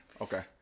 Okay